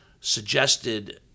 suggested